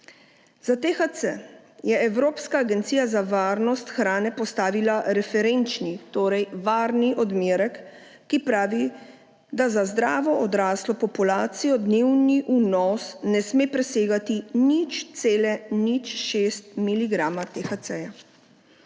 Za THC je Evropska agencija za varnost hrane postavila referenčni, torej varni odmerek, ki pravi, da za zdravo odraslo populacijo dnevni vnos ne sme presegati 0,06 mg THC.